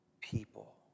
people